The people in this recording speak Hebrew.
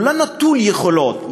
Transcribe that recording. הוא לא נטול יכולת,